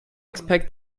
expect